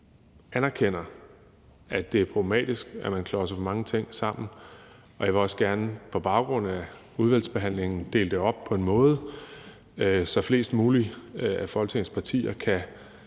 jeg anerkender, at det er problematisk, at man klodser for mange ting sammen. Jeg vil også gerne på baggrund af udvalgsbehandlingen dele det op på en måde, så flest muligt af Folketingets partier kan